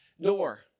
door